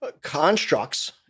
constructs